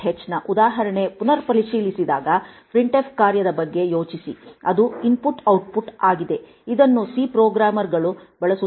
h ನ ಉದಾಹರಣೆ ಪುನರ್ ಪರಿಶೀಲಿಸಿದಾಗ printf ಕಾರ್ಯದ ಬಗ್ಗೆ ಯೋಚಿಸಿ ಅದು ಇನ್ಪುಟ್ ಔಟ್ಪುಟ್ ಆಗಿದೆ ಇದನ್ನು ಸಿ ಪ್ರೋಗ್ರಾಮರ್ ಗಳು ಬಳಸುತ್ತಾರೆ